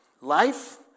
Life